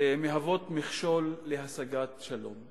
מהוות מכשול להשגת שלום.